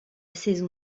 saison